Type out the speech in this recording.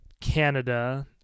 Canada